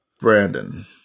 Brandon